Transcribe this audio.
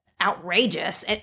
outrageous